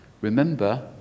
Remember